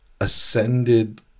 ascended